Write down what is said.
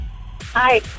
Hi